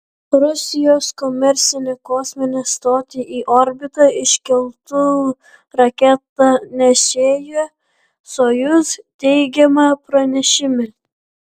rusijos komercinę kosminę stotį į orbitą iškeltų raketa nešėja sojuz teigiama pranešime